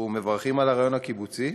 אנחנו מברכים על הרעיון הקיבוצי,